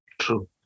true